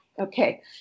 Okay